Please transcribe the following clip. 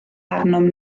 arnom